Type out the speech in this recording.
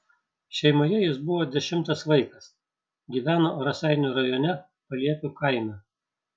šeimoje jis buvo dešimtas vaikas gyveno raseinių rajone paliepių kaime